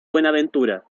buenaventura